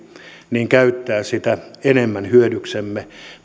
käyttää sitä enemmän hyödyksemme